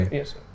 Yes